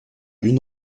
une